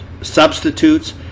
substitutes